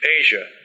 Asia